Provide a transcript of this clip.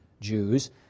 Jews